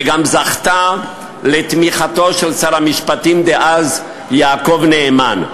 וזכתה לתמיכתו של שר המשפטים דאז יעקב נאמן.